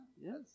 Yes